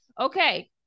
Okay